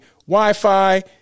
Wi-Fi